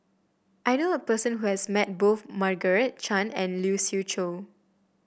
I knew a person who has met both Margaret Chan and Lee Siew Choh